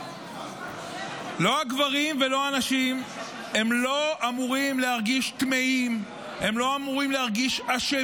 לא הגברים ולא הנשים אמורים להרגיש טמאים או אשמים.